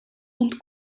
und